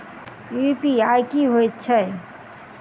UPI की हएत छई?